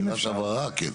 שאלת הבהרה, כן.